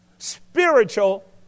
spiritual